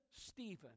Stephen